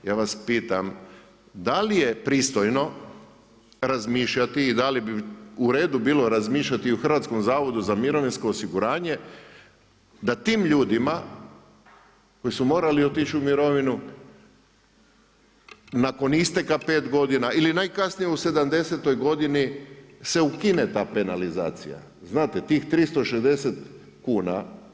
Ja vas pitam da li je pristojno razmišljati i da li bi u redu bilo razmišljati i u Hrvatskom zavodu za mirovinsko osiguranje, da tim ljudima koji su morali otići u mirovinu nakon isteka 5 godina ili najkasnije u sedamdesetoj godini se ukine ta penalizacija, znate tih 360 kuna.